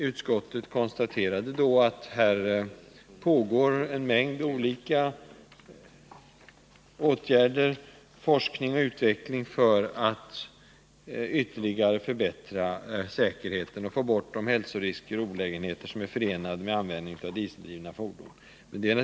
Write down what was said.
Utskottet konstaterade då att forskningsoch utvecklingsarbete pågår för att ytterligare förbättra säkerheten och få bort de hälsorisker och olägenheter som är förenade med användningen av dieseldrivna fordon.